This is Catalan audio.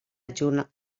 adjunt